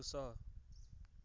ଚାକ୍ଷୁସ